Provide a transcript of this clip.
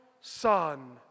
Son